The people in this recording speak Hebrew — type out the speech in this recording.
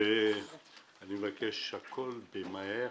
אני מבקש שהכול יהיה מהר.